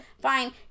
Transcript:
fine